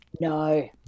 No